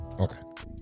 Okay